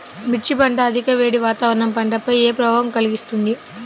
మిర్చి పంట అధిక వేడి వాతావరణం పంటపై ఏ ప్రభావం కలిగిస్తుంది?